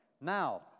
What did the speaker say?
Now